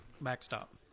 Backstop